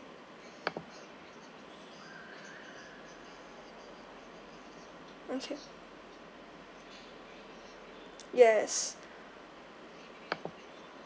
okay yes